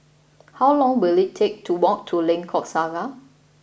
how long will it take to walk to Lengkok Saga